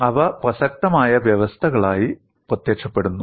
അവ പ്രസക്തമായ വ്യവസ്ഥകളായി പ്രത്യക്ഷപ്പെടുന്നു